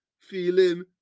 feeling